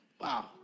Wow